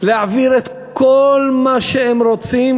להעביר את כל מה שהם רוצים,